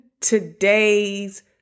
today's